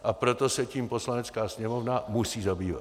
A proto se tím Poslanecká sněmovna musí zabývat.